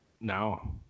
No